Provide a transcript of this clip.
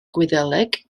gwyddeleg